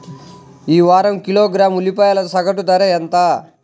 ఈ వారం కిలోగ్రాము ఉల్లిపాయల సగటు ధర ఎంత?